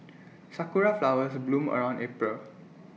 Sakura Flowers bloom around April